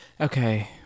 okay